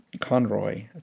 Conroy